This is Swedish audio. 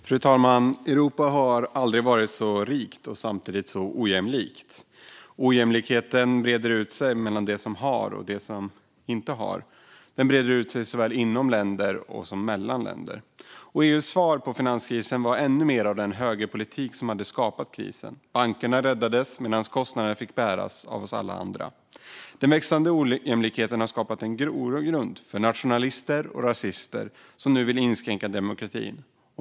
Fru talman! Europa har aldrig varit så rikt och samtidigt så ojämlikt. Ojämlikheten mellan dem som har och dem som inte har breder ut sig. Den breder ut sig såväl inom länder som mellan länder. EU:s svar på finanskrisen var ännu mer av den högerpolitik som hade skapat krisen. Bankerna räddades medan kostnaderna fick bäras av alla oss andra. Den växande ojämlikheten har skapat en grogrund för nationalister och rasister, som nu vill inskränka demokratin.